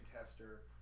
tester